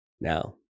Now